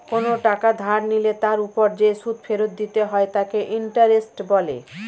কোনো টাকা ধার নিলে তার উপর যে সুদ ফেরত দিতে হয় তাকে ইন্টারেস্ট বলে